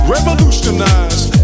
Revolutionized